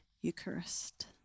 Eucharist